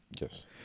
Yes